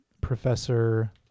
Professor